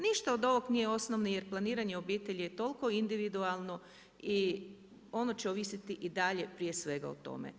Ništa od ovoga nije osnovni jer planiranje obitelji je toliko individualno i ono će ovisiti i dalje prije svega o tome.